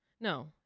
No